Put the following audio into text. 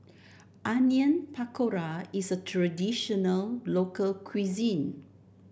Onion Pakora is a traditional local cuisine